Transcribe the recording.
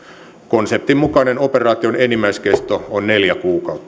konseptin mukainen operaation enimmäiskesto on neljä kuukautta